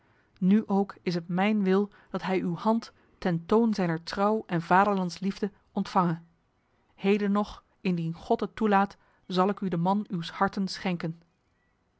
nu ook is het mijn wil dat hij uw hand ten toon zijner trouw en vaderlandsliefde ontvange heden nog indien god het toelaat zal ik u de man uws harten schenken